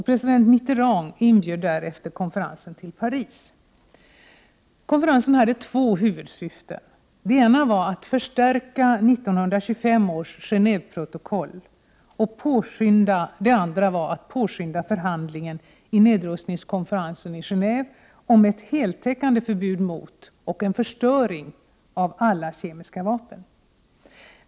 President Mitterrand inbjöd därefter konferensen till Paris. Konferensen hade två huvudsyften. Det ena var att förstärka 1925 års Genéveprotokoll och det andra var att påskynda förhandlingen i nedrustningskonferensen i Gendve om ett heltäckande förbud mot och förstöring av alla kemiska vapen.